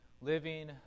living